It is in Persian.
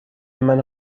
منو